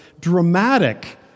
dramatic